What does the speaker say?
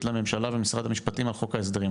לממשלה ומשרד המשפטים על חוק ההסדרים.